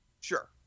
Sure